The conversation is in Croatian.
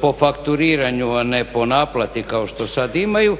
po fakturiranju a ne po naplati kao što sad imaju,